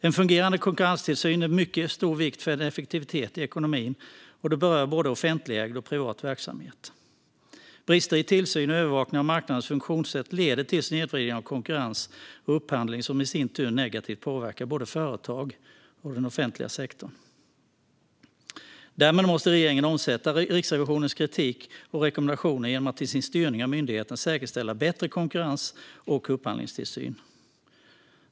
En fungerande konkurrenstillsyn är av mycket stor vikt för effektivitet i ekonomin, och detta berör både offentligägd och privat verksamhet. Brister i tillsyn och övervakning av marknaders funktionssätt leder till snedvridning av konkurrens och upphandling, vilket i sin tur påverkar både företag och den offentliga sektorn negativt. Därmed måste regeringen omsätta Riksrevisionens kritik och rekommendationer genom att i sin styrning av myndigheten säkerställa bättre konkurrens och upphandlingstillsyn.